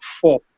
four